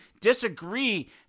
disagree